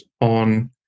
on